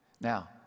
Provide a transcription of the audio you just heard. Now